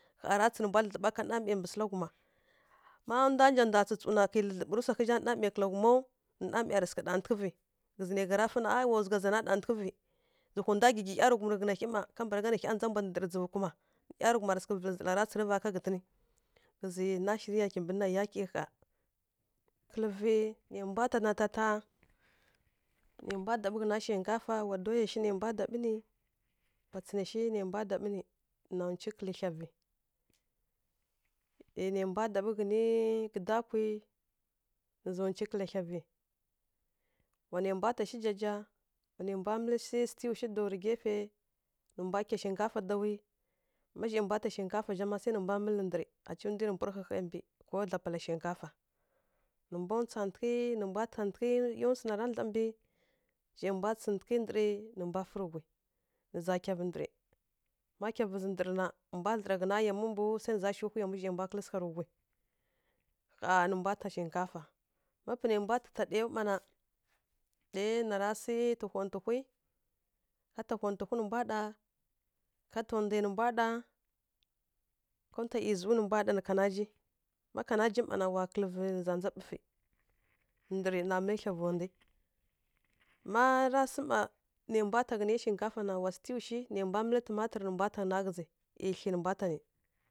Ƙha ra tsǝ nǝ mbwa dlǝdlǝɓa ka namai mbǝ sǝla ghuma, má ndwa nja ndwa tsǝw na kǝi dlǝdlǝɓǝ rǝ swa ghǝi zha namai kǝla ghumaw nǝ namai ya rǝ sǝghǝ ɗantǝghǝ vǝ ghǝzǝ nai gha ra fa na a wa zugha zana ɗantǝghǝvǝ zǝhwi ndwa gǝgyi ˈyarǝghum rǝ ghǝnangǝ ma hyi ma kambǝragha nǝ hya ndza mbwa ɗǝɗǝrǝ dzǝvu kuma, nǝ ˈyarǝghuma sǝghǝ vǝlǝ zala ra tsǝrǝva ka ghǝtǝn, ghǝzǝ na shirǝ ya kimbǝ yake ƙha. kimbe wa mbwa ta na tata, wa mbwa daɓǝ ghǝna shinkafa wa doya shi nai mbwa daɓǝ nǝ, wa tsǝnǝ shi nai mbwa daɓǝ nǝ na unci kǝlǝ thlya vǝ, ˈyi nai mbwa daɓǝ ghǝni gǝdakwi nǝ za unci kǝlǝ thlya vǝ, wa nai mbwa tá shi jaja, wa nai mbwa mǝlǝ shi sǝtiw shi daw rǝ gaifai nǝ mbwa ta shinkafa dawi, ma zha mbwa ta shinkafa zha ma sai nǝ mbwa mǝlǝ ndǝrǝ aci mbwi rǝ mpurǝ hahai mbǝ ko dlapala shinkafa, nǝ mbwa tsatǝghǝ, nǝ mbwa tǝghatǝghǝ ma swuna ra dla mbǝ zhai mbwa tsǝghǝtǝghǝ ndǝrǝ zhai mbwa fǝ rǝ whui, nǝ za kyavǝ ndǝrǝ, má kyava zǝ ndǝrǝ na, nǝ mbwa dlǝra ghǝna yamwi mbǝw gwi nǝ za shiw hwi yamwi zhai mbwa kǝlǝtǝghǝ sǝgha rǝ ghui, ƙha nǝ mbwa ta shinkafa. Má panai mbwa ta ɗai mana, ɗai nara sǝ tǝ kontǝhwi, ka ta kontǝhwi nǝ mbwa ɗa, ka ta ndai nǝ mbwa ɗa, ka ta ˈiyizǝw nǝ mbwa ɗa nǝ kanaji, ma kanaji mma na wa kǝlǝ vǝ nǝ za ndza bǝfǝ, ndǝrǝ na mǝlǝ thlya va ndu, ma ra sǝ nai mbwa ta ghǝtǝni shinkafa na wa stew shi, nai mbwa mǝlǝ tǝmatǝr nǝ mbwa nta ghǝna ghǝzǝ, ˈyi thyi nǝ mbwa ta nǝ.